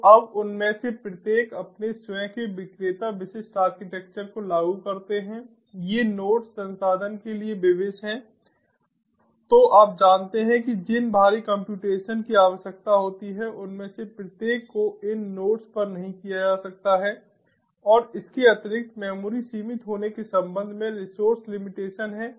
तो अब उनमें से प्रत्येक अपने स्वयं के विक्रेता विशिष्ट आर्किटेक्चर को लागू करते हैं ये नोड्स संसाधन के लिए विवश हैं तो आप जानते हैं कि जिन भारी कम्प्यूटेशन की आवश्यकता होती है उनमें से प्रत्येक को इन नोड्स पर नहीं किया जा सकता है और इसके अतिरिक्त मेमोरी सीमित होने के संबंध में रिसोर्स लिमिटेशन है